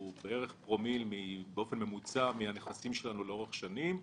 הוא פרומיל מהנכסים שלנו לאורך שנים.